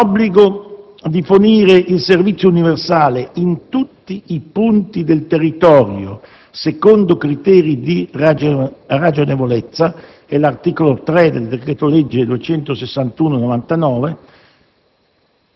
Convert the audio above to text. L'obbligo di fornire il servizio universale «in tutti i punti del territorio secondo criteri di ragionevolezza» (articolo 3 del decreto legislativo